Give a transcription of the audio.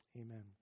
Amen